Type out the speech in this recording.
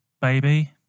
baby